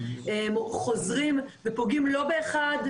חוזרים ופוגעים לא באחד,